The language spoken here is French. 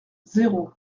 zéro